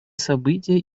события